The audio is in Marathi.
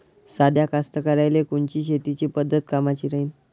साध्या कास्तकाराइले कोनची शेतीची पद्धत कामाची राहीन?